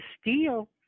steal